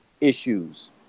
issues